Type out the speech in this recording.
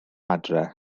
adre